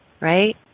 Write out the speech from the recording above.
Right